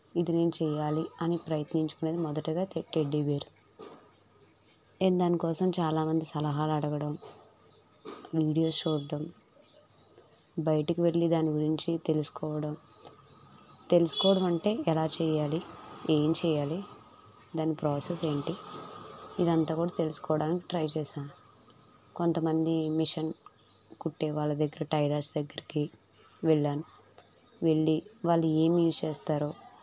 ఇది నేను చెయ్యాలి అని ప్రయత్నించుకునేది మొదటగా టెడ్డీ బేర్ నేను దానికోసం చాలా మంది సలహాలు అడగడం వీడియోస్ చూడ్డం బయటికి వెళ్ళి దాని గురించి తెలుసుకోవడం తెలుసుకోవడం అంటే ఎలా చెయ్యాలి ఏం చెయ్యాలి దాని ప్రాసెస్ ఏంటి ఇదంతా కూడా తెలుసుకోవడానికి ట్రై చేశాను కొంతమంది మిషన్ కుట్టే వాళ్ళ దగ్గర టైలర్స్ దగ్గరికి వెళ్ళాను వెళ్ళి వాళ్ళు ఏమి యూస్ చేస్తారో